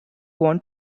want